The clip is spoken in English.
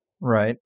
Right